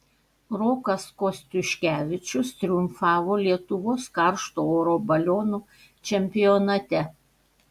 rokas kostiuškevičius triumfavo lietuvos karšto oro balionų čempionate